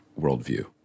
worldview